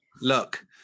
Look